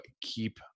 keep